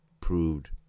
proved